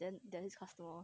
then then this customer